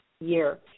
year